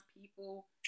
people